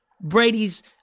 Brady's